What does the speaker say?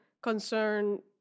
concern